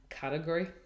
category